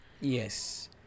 Yes